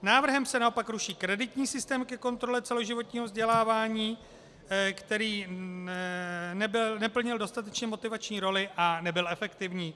Návrhem se naopak ruší kreditní systém ke kontrole celoživotního vzdělávání, který neplnil dostatečně motivační roli a nebyl efektivní.